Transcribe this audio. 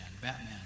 Batman